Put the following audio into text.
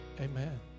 amen